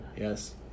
yes